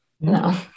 No